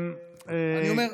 אז אני אומר,